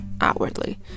outwardly